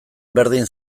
berdin